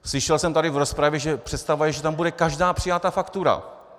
Slyšel jsem tady v rozpravě, že je představa, že tam bude každá přijatá faktura.